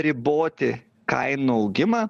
riboti kainų augimą